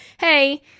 Hey